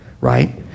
right